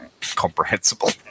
comprehensible